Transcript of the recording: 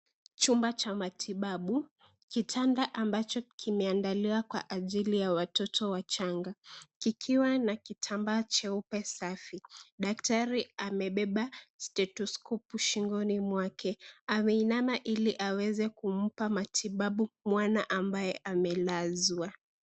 Chumba cha matibabu. Kitanda ambacho kimeandaliwa kwa ajili ya watoto wachanga, kikiwa na kitambaa cheupe safi. Daktari amebeba stetoskopu shingoni mwake. Ameinama ili aweze kumpa matibabu mwana ambaye amelazwa.